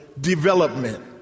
development